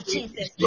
Jesus